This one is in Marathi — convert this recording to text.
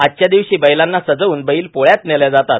आजच्या दिवशी बैलांना सजवून बैल पोळ्यात नेले जाते